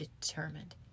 determined